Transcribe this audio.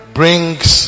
brings